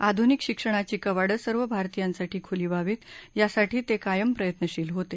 आधुनिक शिक्षणाची कवाडं सर्व भारतीयांसाठी खुली व्हावीतए यासाठी ते कायम प्रयत्नशील होते